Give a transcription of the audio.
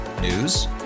News